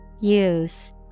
Use